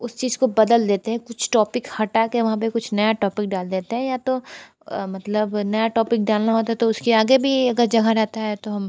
उसे चीज़ को बदल देते हैं कुछ टॉपिक हटा के वहाँ पर कुछ नया टॉपिक डाल देते हैं या तो मतलब नया टॉपिक डालना होता है तो उसके आगे भी अगर जहाँ रहता है तो हम